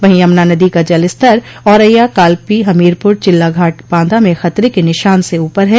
वहीं यमुना नदी का जल स्तर औरैया कालपी हमीरपुर चिल्लाघाट बांदा में खतरे के निशान से ऊपर है